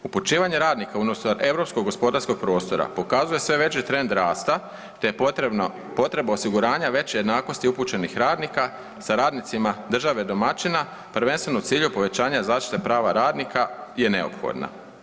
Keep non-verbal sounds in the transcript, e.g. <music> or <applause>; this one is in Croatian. Upućivanje radnika ... <unintelligible> europskog gospodarskog prostora pokazuje sve veći trend rasta te je potreba osiguranja veće jednakosti upućenih radnika sa radnicima države domaćina, prvenstveno u cilju povećanja zašite prava radnika je neophodna.